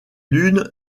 l’une